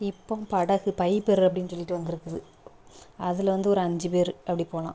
இப்போம் படகு பைப்பர் அப்படினு சொல்லிட்டு வந்துருக்குது அதில் வந்து ஒரு அஞ்சு பேர் அப்படி போகலாம்